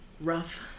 Rough